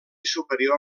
superior